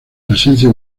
presencia